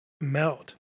melt